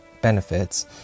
benefits